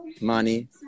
money